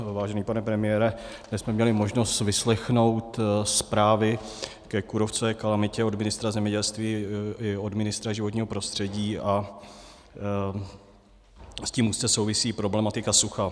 Vážený pane premiére, dnes jsme měli možnost vyslechnout zprávy ke kůrovcové kalamitě od ministra zemědělství i od ministra životního prostředí a s tím úzce souvisí problematika sucha.